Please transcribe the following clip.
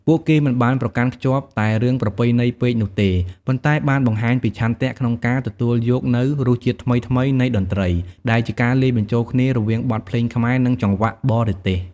ពួកគេមិនបានប្រកាន់ខ្ជាប់តែរឿងប្រពៃណីពេកនោះទេ ប៉ុន្តែបានបង្ហាញពីឆន្ទៈក្នុងការ ទទួលយកនូវរសជាតិថ្មីៗនៃតន្ត្រី ដែលជាការលាយបញ្ចូលគ្នារវាងបទភ្លេងខ្មែរ និងចង្វាក់បរទេស។